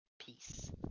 Peace